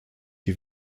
die